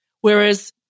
whereas